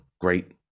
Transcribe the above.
great